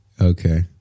Okay